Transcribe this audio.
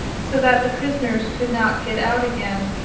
so that the prisoners could not get out again.